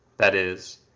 that is,